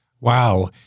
wow